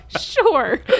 Sure